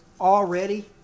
already